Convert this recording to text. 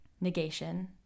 negation